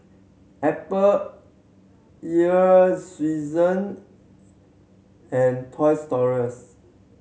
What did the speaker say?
Apple Earl's Swensen and Toys Us